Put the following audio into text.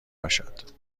باشد